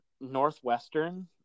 Northwestern